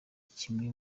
kimwe